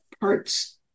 part's